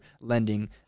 lending